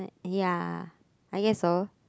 ya I guess so